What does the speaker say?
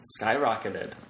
skyrocketed